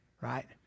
right